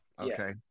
Okay